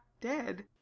dead